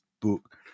book